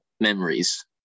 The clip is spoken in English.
memories